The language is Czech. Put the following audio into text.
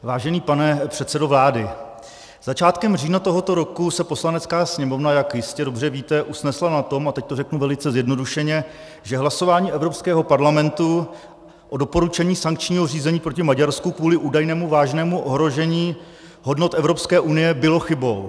Vážený pane předsedo vlády, začátkem října tohoto roku se Poslanecká sněmovna, jak jistě dobře víte, usnesla na tom, a teď to řeknu velice zjednodušeně, že hlasování Evropského parlamentu o doporučení sankčního řízení proti Maďarsku kvůli údajnému vážnému ohrožení hodnot Evropské unie bylo chybou.